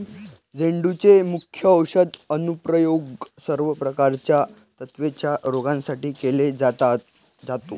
झेंडूचे मुख्य औषधी अनुप्रयोग सर्व प्रकारच्या त्वचेच्या रोगांसाठी केला जातो